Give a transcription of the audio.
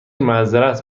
معذرت